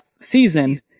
season